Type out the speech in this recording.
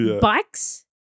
bikes